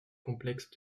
complexe